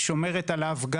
גם שומרת עליו,